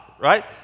right